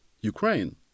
Ukraine